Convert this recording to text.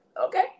Okay